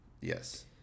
Yes